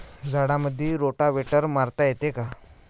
झाडामंदी रोटावेटर मारता येतो काय?